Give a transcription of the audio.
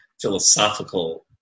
philosophical